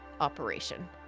operation